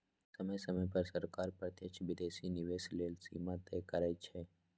समय समय पर सरकार प्रत्यक्ष विदेशी निवेश लेल सीमा तय करइ छै